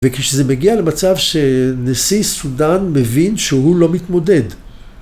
וכשזה מגיע למצב שנשיא סודאן מבין שהוא לא מתמודד.